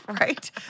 right